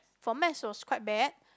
for maths was quite bad